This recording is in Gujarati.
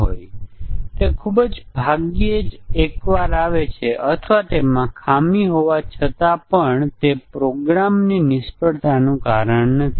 કોમ્પેટન્ટ પ્રોગ્રામર હાઈપોથેસીસ કહે છે કે પ્રોગ્રામરો તેઓ લગભગ સાચા પ્રોગ્રામ લખે છે